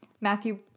Matthew